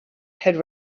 had